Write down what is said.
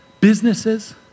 businesses